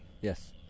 yes